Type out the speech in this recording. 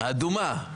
האדומה.